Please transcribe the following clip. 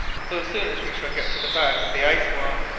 so soon as we shall get to the back of the ice-wall.